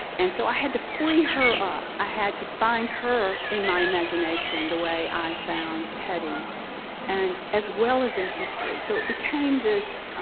and so i had to free her up i had to find her in my imagination the way i found hetty and as well as in history. so it became this